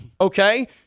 okay